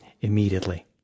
immediately